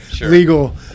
legal